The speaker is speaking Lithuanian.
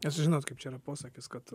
nes žinot kaip čia yra posakis kad